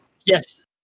Yes